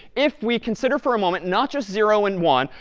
if we consider for a moment not just zero and one,